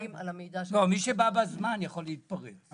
מי שבא בזמן יכול להתפרץ.